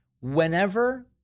whenever